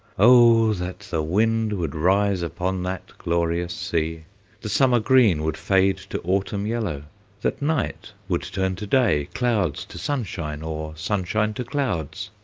oh, that the wind would rise upon that glorious sea the summer green would fade to autumn yellow that night would turn to day, clouds to sunshine, or sunshine to clouds.